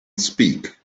speak